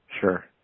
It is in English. Sure